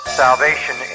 salvation